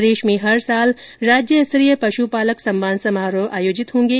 प्रदेश में हर साल राज्य स्तरीय पश् पालक सम्मान समारोह आयोजित किए जाएंगे